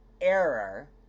error